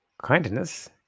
Kindness